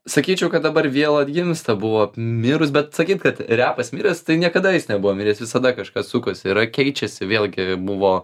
sakyčiau kad dabar vėl atgimsta buvo apmirus bet sakyt kad repas miręs tai niekada jis nebuvo miręs visada kažkas sukasi yra keičiasi vėlgi buvo